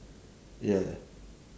ya ya